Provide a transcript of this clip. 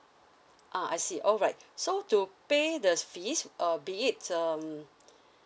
ah I see alright so to pay the s~ fees uh be it um